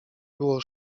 było